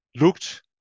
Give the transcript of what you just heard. looked